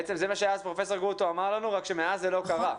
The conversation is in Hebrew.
בעצם מה שאז פרופסור גרוטו אמר לנו רק שמאז זה לא קרה.